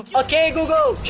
okay, google,